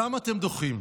למה אתם דוחים?